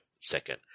Second